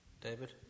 David